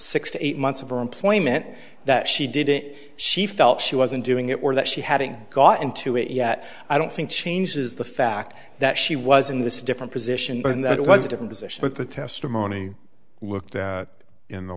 six to eight months of her employment that she did it she felt she wasn't doing it or that she hadn't gotten to it yet i don't think changes the fact that she was in this different position and that it was a different position but the testimony looked in the